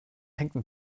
hängen